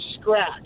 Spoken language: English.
scratch